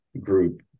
group